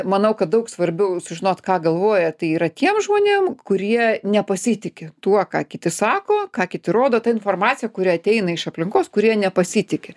manau kad daug svarbiau sužinot ką galvoja tai yra tiems žmonėms kurie nepasitiki tuo ką kiti sako ką kiti rodo ta informacija kuri ateina iš aplinkos kurie nepasitiki